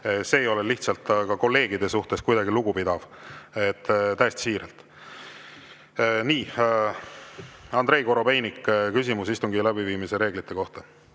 See ei ole kolleegide suhtes kuidagi lugupidav. Täiesti siiralt. Nii! Andrei Korobeinik, küsimus istungi läbiviimise reeglite kohta.